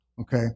Okay